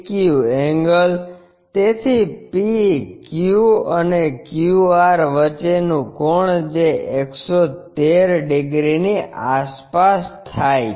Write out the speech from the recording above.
PQ angle તેથી PQ અને QR વચ્ચેનું કોણ જે 113 ડિગ્રીની આસપાસ થાય છે